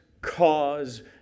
cause